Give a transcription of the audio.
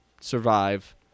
survive